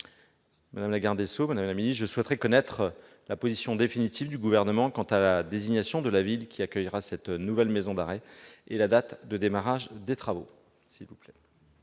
Madame la garde des sceaux, je souhaite connaître la position définitive du Gouvernement quant à la désignation de la ville qui accueillera cette nouvelle maison d'arrêt et la date de démarrage des travaux.